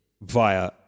via